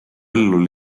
ellu